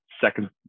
second